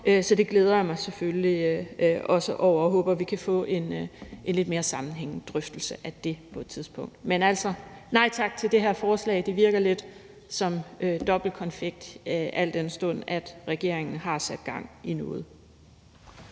Så det glæder jeg mig selvfølgelig også over, og jeg håber, at vi kan få en lidt mere sammenhængende drøftelse af det på et tidspunkt. Men altså, vi siger nej tak til det her forslag. Det virker lidt som dobbeltkonfekt, al den stund at regeringen har sat gang i noget.